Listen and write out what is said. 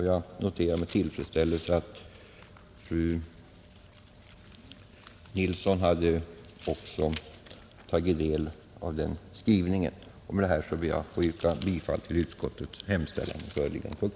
Jag noterar med tillfredsställelse att också fru Nilsson i Kristianstad hade tagit del av den skrivningen. Med det anförda ber jag att få yrka bifall till utskottets hemställan på den föreliggande punkten.